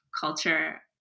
culture